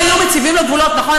כי אם היו מציבים לו גבולות, נכון?